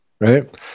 Right